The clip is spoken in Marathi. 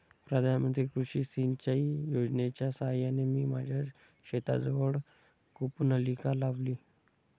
प्रधानमंत्री कृषी सिंचाई योजनेच्या साहाय्याने मी माझ्या शेताजवळ कूपनलिका लावली